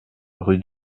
rue